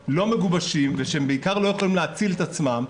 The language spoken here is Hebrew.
עוד לא מגובשים וכשהם בעיקר לא יכולים להציל את עצמם,